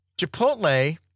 Chipotle